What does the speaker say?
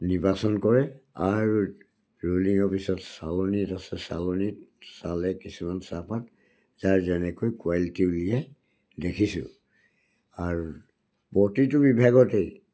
নিৰ্বাচন কৰে আৰু ৰুলিং অফিচত চালনী আছে চালনীত চালে কিছুমান চাহপাত যাৰ যেনেকৈ কোৱালিটি উলিয়াই দেখিছোঁ আৰু প্ৰতিটো বিভাগতেই